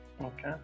Okay